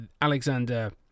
Alexander